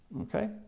Okay